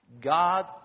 God